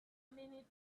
minute